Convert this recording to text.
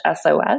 SOS